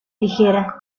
ligera